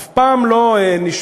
אף פעם לא נשמעו,